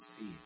see